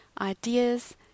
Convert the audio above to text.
ideas